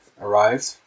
arrived